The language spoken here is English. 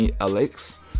Alex